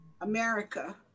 America